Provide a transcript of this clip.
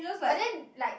but then like